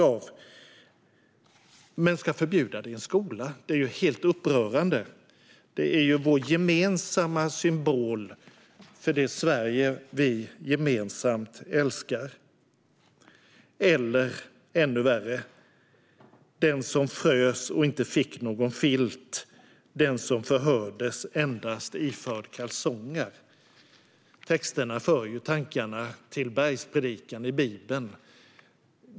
Att man förbjuder svenska flaggan i en skola är upprörande. Svenska flaggan är ju vår gemensamma symbol för det Sverige som vi älskar. Ännu värre är det som man kan läsa om den som frös och inte fick någon filt och som förhördes iförd endast kalsonger. Texten för tankarna till bergspredikan i Bibeln.